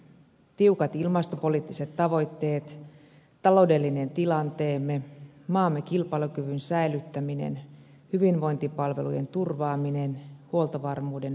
tiukat ilmastopoliittiset tavoitteet taloudellinen tilanteemme maamme kilpailukyvyn säilyttäminen hyvinvointipalvelujen turvaaminen huoltovarmuuden parantaminen